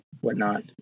whatnot